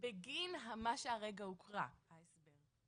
אנחנו לא חושבים שבמקרה שבו לא נעשתה פסילה,